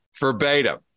verbatim